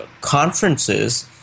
conferences